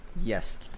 Yes